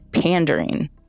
pandering